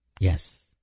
Yes